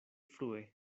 frue